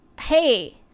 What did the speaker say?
hey